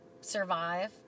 survive